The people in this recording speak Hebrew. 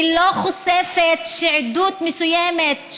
היא לא חושפת עדות מסוימת,